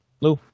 Lou